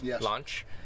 launch